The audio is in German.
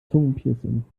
zungenpiercing